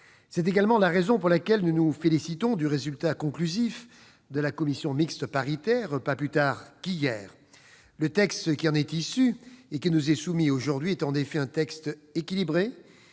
C'est également la raison pour laquelle nous nous félicitons du résultat conclusif de la commission mixte paritaire pas plus tard qu'hier. Le texte qui en est issu et qui nous est soumis aujourd'hui est un texte équilibré,